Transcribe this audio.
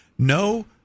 No